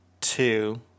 two